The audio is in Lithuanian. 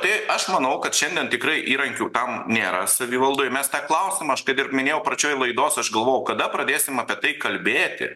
tai aš manau kad šiandien tikrai įrankių tam nėra savivaldoj mes tą klausimą aš kad ir minėjau pračioj laidos aš galvojau kada pradėsim apie tai kalbėti